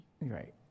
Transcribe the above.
Right